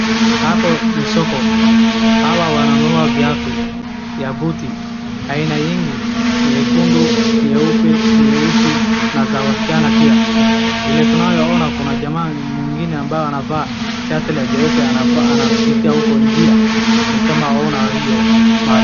Hapa ni soko. Hawa wananunua viatu ya buti aina nyingi, nyekundu, nyeupe, nyeusi na za wasichana pia. Vile tunayoona kuna jamaa mwingine ambayo anavaa shati la jeupe anapitia huko njia nikama ona hiyo mahali.